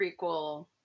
prequel-